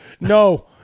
No